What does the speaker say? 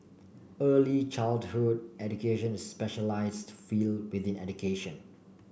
early childhood education is a specialised field within education